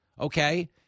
okay